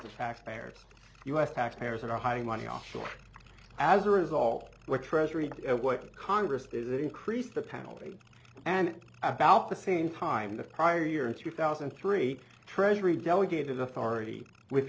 of taxpayers u s taxpayers that are hiding money offshore as a result what treasury get what congress is it increased the penalty and about the same time the prior year in two thousand and three treasury delegated authority with